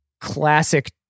classic